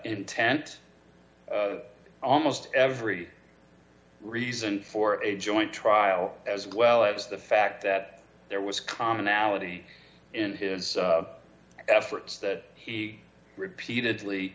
intent almost every reason for a joint trial as well as the fact that there was commonality in his efforts that he repeatedly